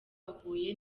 huye